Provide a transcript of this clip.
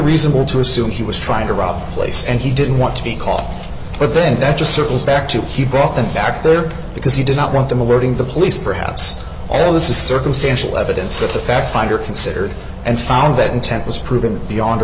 reasonable to assume he was trying to rob place and he didn't want to be caught but then that just circles back to keep brought them back there because he did not want them alerting the police perhaps all this is circumstantial evidence of the fact finder considered and found that intent was proven beyond a